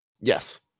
Yes